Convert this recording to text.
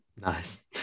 Nice